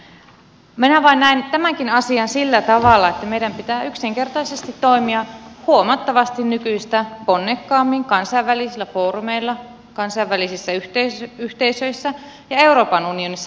minä vain näen tämänkin asian sillä tavalla että meidän pitää yksinkertaisesti toimia huomattavasti nykyistä ponnekkaammin kansainvälisillä foorumeilla kansainvälisissä yhteisöissä ja euroopan unionissa